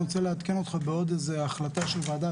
אני רוצה לעדכן אותך בעוד איזו החלטה של ועדה,